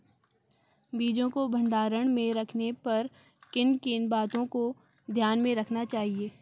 बीजों को भंडारण में रखने पर किन किन बातों को ध्यान में रखना चाहिए?